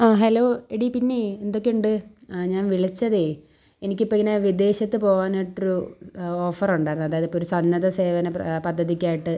ആ ഹലോ എടീ പിന്നെ എന്തൊക്കെ ഉണ്ട് ആ ഞാൻ വിളിച്ചതേ എനിക്കിപ്പം ഇങ്ങനെ വിദേശത്ത് പോവാനായിട്ടൊരു ഓഫറുണ്ടായിരുന്നു അതായത് ഇപ്പോൾ ഒരു സന്നദ്ധ സേവന പദ്ധതിക്കായിട്ട്